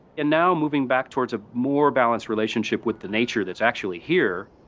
and now moving back towards a more balanced relationship with the nature that's actually here.